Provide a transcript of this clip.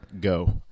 Go